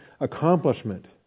accomplishment